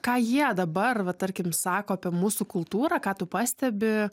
ką jie dabar va tarkim sako apie mūsų kultūrą ką tu pastebi